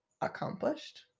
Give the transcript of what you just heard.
accomplished